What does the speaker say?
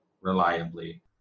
reliably